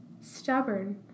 Stubborn